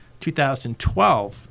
2012